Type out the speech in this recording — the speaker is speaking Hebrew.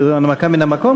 יש הנמקה מהמקום?